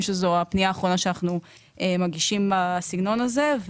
שזו הפנייה האחרונה שאנחנו מגישים בסגנון הזה.